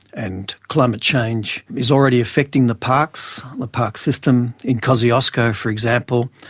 and climate change is already affecting the parks, the park system in kosciusko for example,